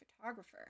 photographer